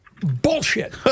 bullshit